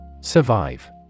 Survive